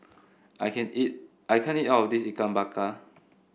I can't eat I can't eat all of this Ikan Bakar